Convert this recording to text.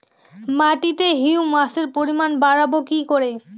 মাটিতে হিউমাসের পরিমাণ বারবো কি করে?